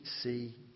see